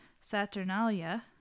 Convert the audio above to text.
Saturnalia